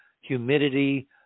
humidity